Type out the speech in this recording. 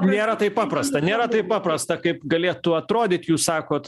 nėra taip paprasta nėra taip paprasta kaip galėtų atrodyt jūs sakot